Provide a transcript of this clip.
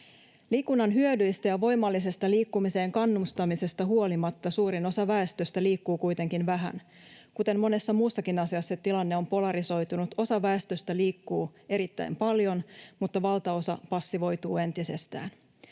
Liikunnan hyödyistä ja voimallisesta liikkumiseen kannustamisesta huolimatta suurin osa väestöstä liikkuu kuitenkin vähän. Kuten monessa muussakin asiassa, tilanne on polarisoitunut. Osa väestöstä liikkuu erittäin paljon, mutta valtaosa passivoituu entisestään.